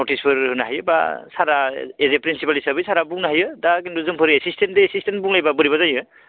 नटिसफोर होनो हायोबा सारा एज ए प्रिन्सिपाल हिसाबै सारा बुंनो हायो दा किन्तु जोंफोर एसिस्टेनजों एसिस्टेन्ट बुंलायबा बोरैबा जायो